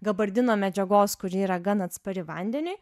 gabardino medžiagos kuri yra gan atspari vandeniui